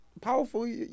powerful